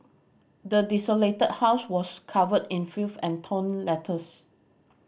the desolated house was covered in filth and torn letters